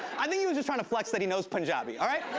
i think he was just want to flex that he knows punjabi, all right?